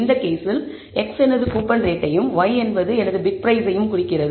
இந்த கேஸில் x எனது கூப்பன் ரேட்டையும் y என்பது எனது பிட் பிரைஸையும் குறிக்கிறது